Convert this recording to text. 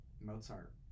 Mozart